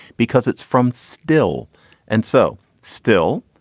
because it's from still and so still.